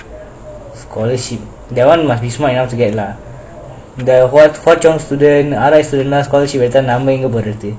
scholarship that one must be smart enough to get lah the wochung student R I student scholarship எடுத்தா நங்க எங்க பொறது:edutha nanga enga porathu